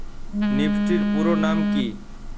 Nifty এর পুরোনাম কী?